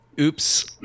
Oops